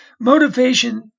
Motivation